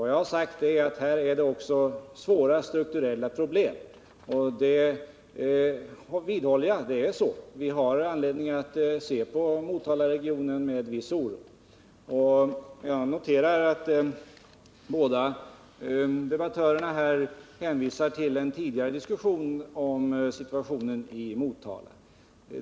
Vad jag har sagt är att det här finns svåra strukturella problem, och jag vidhåller att det är så. Vi har anledning att se på Motalaregionen med viss oro. Jag noterar att båda debattörerna hänvisar till en tidigare diskussion om situationen i Motala.